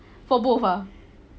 for both ah